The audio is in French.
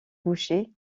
boucher